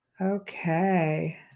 Okay